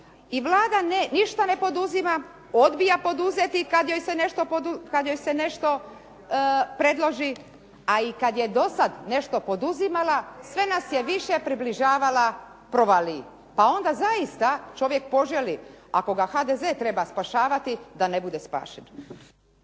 I Vlada ništa ne poduzima, odbija poduzeti kada joj se nešto predloži, a i kada je do sada nešto poduzimala sve nas je više približavala provaliji. Pa onda zaista čovjek poželi, ako ga HDZ treba spašavati da ne bude spašen.